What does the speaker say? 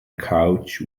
couch